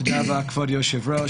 תודה רבה, כבוד היושב-ראש.